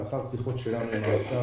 לאחר שיחות שלנו עם האוצר,